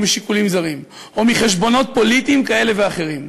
משיקולים זרים או מחשבונות פוליטיים כאלה ואחרים.